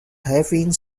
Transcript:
having